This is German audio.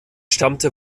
stammte